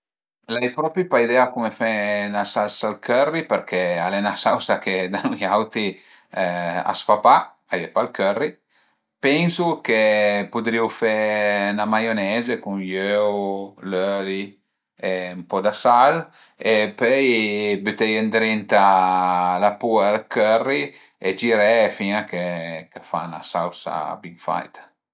L'ai propi pa idea dë cume fe 'na salsa al curry përché al e 'na sausa che da nui auti a s'fa pa, a ie pa ël curry. Pensu che pudrì u fe 'na maioneze cun i öu, l'öli e ën po dë sal e pöi büteie ëndrinta la puer de curry e giré fin ch'a fa 'na sausa bin faita